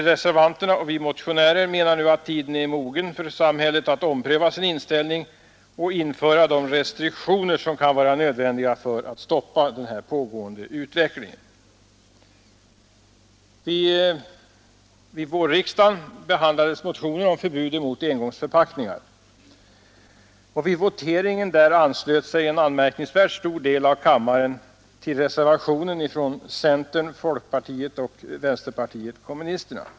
Reservanterna och vi motionärer menar nu att tiden är mogen för samhället att ompröva sin inställning och införa de restriktioner som kan vara nödvändiga för att stoppa den här pågående utvecklingen. Vid vårriksdagen behandlades motionen om förbud mot engångsförpackningar. Vid voteringen där anslöt sig en anmärkningsvärt stor del av kammaren till reservationen ifrån centern, folkpartiet och vänsterpartiet kommunisterna.